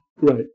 Right